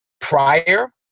prior